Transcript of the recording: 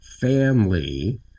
family